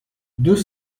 deux